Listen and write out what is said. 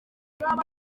nubwo